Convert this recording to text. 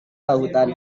hutan